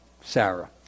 Sarah